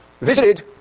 visited